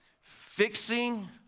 Fixing